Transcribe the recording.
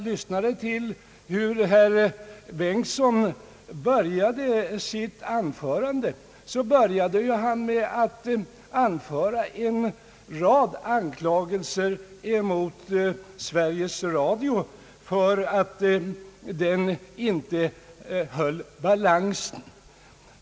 Ty herr Bengtson inledde ju sitt anförande med en rad anklagelser mot Sveriges Radio för att inte hålla balansen.